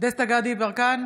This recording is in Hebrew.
דסטה גדי יברקן,